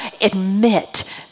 admit